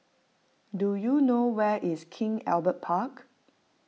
do you know where is King Albert Park